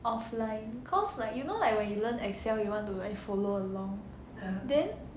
offline cause like you know like when you learn Excel you want to like follow along then